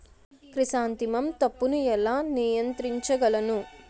Chrysanthemum తప్పును ఎలా నియంత్రించగలను?